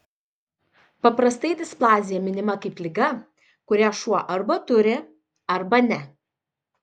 paprastai displazija minima kaip liga kurią šuo arba turi arba ne